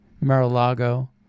Mar-a-Lago